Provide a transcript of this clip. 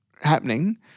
happening